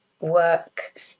work